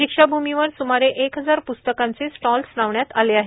दीक्षाभूमीवर सुमारे एक हजार पुस्तकांचं स्टॉल्स लावण्यात आले आहेत